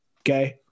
okay